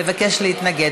מבקש להתנגד?